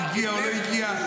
הגיע או לא הגיע.